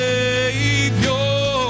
Savior